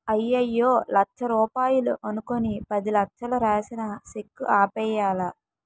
అయ్యయ్యో లచ్చ రూపాయలు అనుకుని పదిలచ్చలు రాసిన సెక్కు ఆపేయ్యాలా